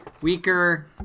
weaker